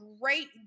great